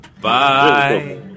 bye